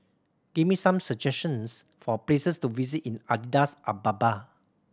give me some suggestions for places to visit in Addis Ababa